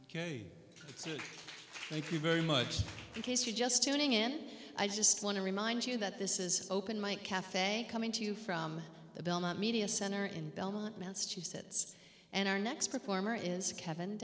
it thank you very much in case you're just tuning in i just want to remind you that this is open mike cafe coming to you from the belmont media center in belmont massachusetts and our next performer is kevin